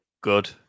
good